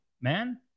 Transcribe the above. man